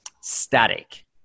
static